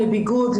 לביגוד,